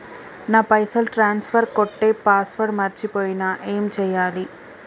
నా పైసల్ ట్రాన్స్ఫర్ కొట్టే పాస్వర్డ్ మర్చిపోయిన ఏం చేయాలి?